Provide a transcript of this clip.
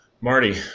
Marty